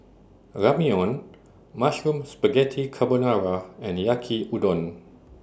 Ramyeon Mushroom Spaghetti Carbonara and Yaki Udon